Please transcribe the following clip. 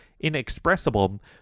inexpressible